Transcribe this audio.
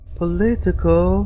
political